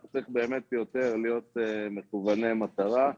צריך להיות יותר מכווני מטרה.